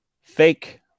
fake